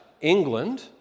England